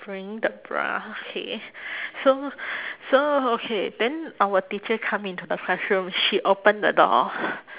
wearing the bra okay so so okay then our teacher come in to the classroom she open the door